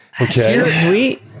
Okay